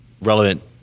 relevant